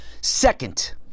second